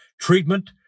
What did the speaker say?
treatment